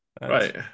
right